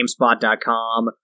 GameSpot.com